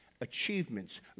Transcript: Achievements